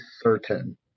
certain